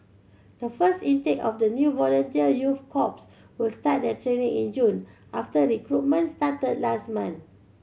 the first intake of the new volunteer youth corps will start their training in June after recruitment started last month